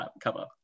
cover